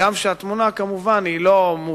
הגם שהתמונה כמובן לא מרנינה,